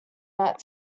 that